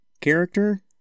character